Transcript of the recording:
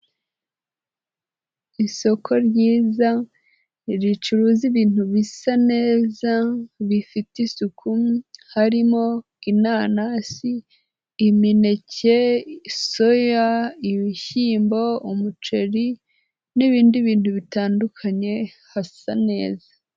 Isoko ryiza ricuruza ibintu bisa neza bifite isuku harimo inanasi, imineke, soya, ibishyimbo, umuceri n'ibindi bintu bitandukanye hasa neza.